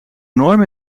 norm